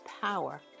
power